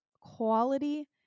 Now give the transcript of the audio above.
quality